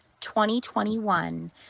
2021